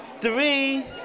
Three